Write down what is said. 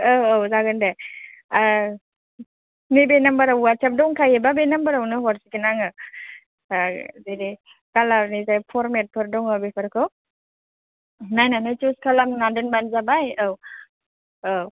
औ औ जागोन दे नैबे नाम्बारा वाट्सएप दंखायोबा नैबे नाम्बारावनो हरसिगोन आङो दिनै कालारनि जा फरमेटफोर दङ बेफोरखौ नायनानै चुज खालामना दोनबानो जाबाय औ औ